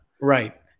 right